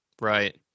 Right